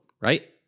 right